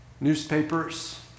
newspapers